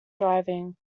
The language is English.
driving